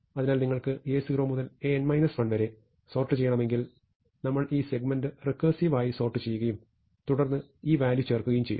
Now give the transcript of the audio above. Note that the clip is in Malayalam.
അതിനാൽ നിങ്ങൾക്ക് A0 മുതൽ An 1 വരെ സോർട്ട് ചെയ്യണമെങ്കിൽ നമ്മൾ ഈ സെഗ്മെന്റ് റെക്കേർസിവ് ആയി സോർട്ട് ചെയ്യുകയും തുടർന്ന് ഈ വാല്യൂ ചേർക്കുകയും ചെയ്യുന്നു